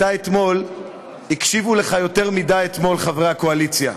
אתמול הקשיבו לך יותר מדי, חברי הקואליציה,